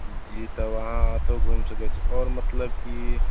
जी तब अहाँ एतहु घुमि सकै छी आओर मतलब कि